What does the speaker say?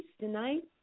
tonight